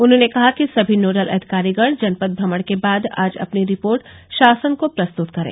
उन्होंने कहा कि सभी नोडल अधिकारीगण जनपद भ्रमण के बाद आज अपनी रिपोर्ट शासन को प्रस्तुत करें